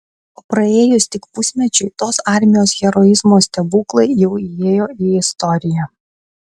o praėjus tik pusmečiui tos armijos heroizmo stebuklai jau įėjo į istoriją